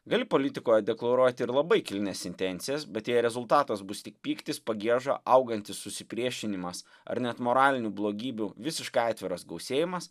gali politikoje deklaruoti ir labai kilnias intencijas bet jei rezultatas bus tik pyktis pagieža augantis susipriešinimas ar net moralinių blogybių visiškai atviras gausėjimas